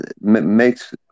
makes